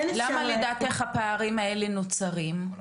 למה לדעתך הפערים האלה נוצרים?